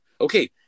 Okay